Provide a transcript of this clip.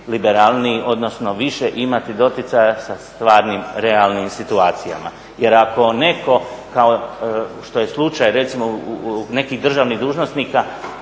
liberalniji odnosno više imati doticaja sa stvarnim, realnim situacijama. Jer ako netko kao što je slučaj recimo nekih državnih dužnosnika